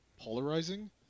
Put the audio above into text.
Polarizing